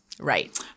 Right